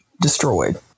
destroyed